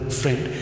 friend